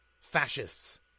fascists